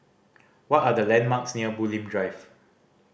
what are the landmarks near Bulim Drive